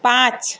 পাঁচ